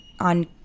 on